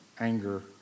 anger